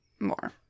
more